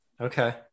Okay